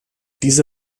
diese